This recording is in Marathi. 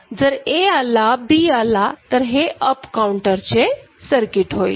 जर AआलाB आला तर हे अप काउंटर चे सर्किट होईल